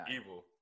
evil